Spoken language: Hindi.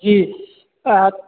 जी आप